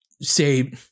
say